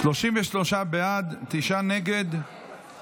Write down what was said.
בעד, 33, נגד, תשעה.